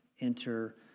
enter